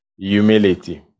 humility